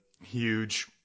huge